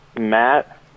matt